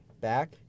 back